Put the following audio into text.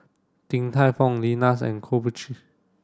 Din Tai Fung Lenas and Krombacher